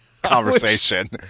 conversation